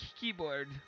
keyboard